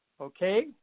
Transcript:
Okay